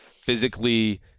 physically –